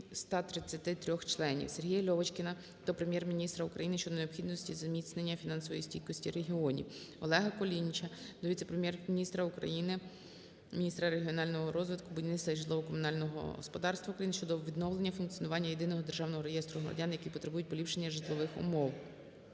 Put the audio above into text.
133 членів. Сергія Льовочкіна до Прем'єр-міністра України щодо необхідності зміцнення фінансової стійкості регіонів. Олега Кулініча до віце-прем'єр-міністра України - міністра регіонального розвитку, будівництва житлово-комунального господарства України щодо відновлення функціонування Єдиного державного реєстру громадян, які потребують поліпшення житлових умов.